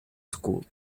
school